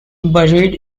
buried